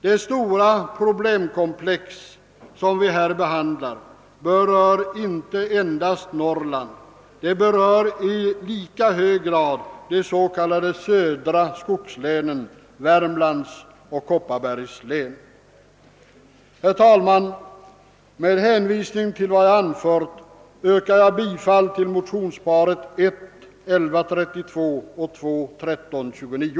Det stora probilemkom plex, som vi här behandlar, berör inte endast Norrland — det berör i lika hög grad de s.k. södra skogslänen, Värmlands och Kopparbergs län. Herr talman! Med hänvisning till vad jag anfört yrkar jag bifall till motionsparet I: 1132 och II: 1329.